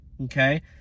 okay